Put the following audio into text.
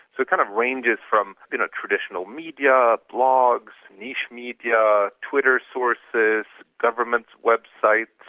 it kind of ranges from you know traditional media laws, niche media, twitter sources, governments' websites,